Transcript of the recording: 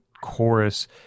chorus